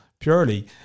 Purely